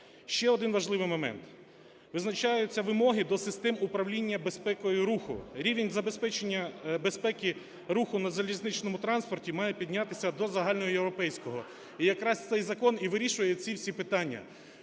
Ще один важливий момент. Визначаються вимоги до систем управління безпекою руху. Рівень забезпечення безпеки руху на залізничному транспорті має піднятися до загальноєвропейського, і якраз цей закон і вирішує ці всі питання.